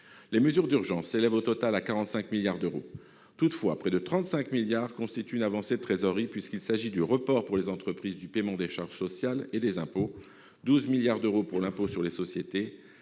Les mesures d'urgence s'élèvent au total à 45 milliards d'euros. Toutefois, près de 35 milliards d'euros prennent la forme d'une avance de trésorerie, puisqu'il s'agit du report pour les entreprises du paiement des charges sociales et des impôts : 12 milliards d'euros pour l'impôt sur les sociétés,